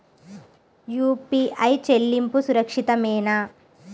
UPI చెల్లింపు సురక్షితమేనా?